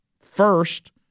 first